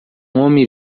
homem